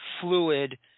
fluid